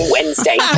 Wednesday